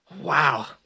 Wow